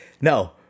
no